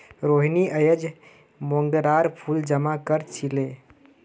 रोहिनी अयेज मोंगरार फूल जमा कर छीले